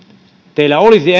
teillä olisi